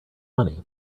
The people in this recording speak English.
money